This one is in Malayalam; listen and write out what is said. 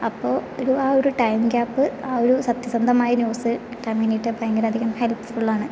അപ്പോൾ ഒരു ആ ഒരു ടൈം ഗ്യാപ്പ് ആ ഒരു സത്യസന്ധമായ ന്യൂസ് കിട്ടാൻ വേണ്ടിയിട്ട് ഭയങ്കര അധികം ഹെല്പ്ഫുൾ ആണ്